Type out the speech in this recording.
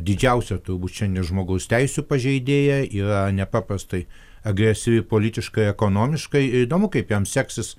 didžiausia turbūt šiandien žmogaus teisių pažeidėja yra nepaprastai agresyvi politiškai ekonomiškai ir įdomu kaip jam seksis